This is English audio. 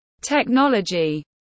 technology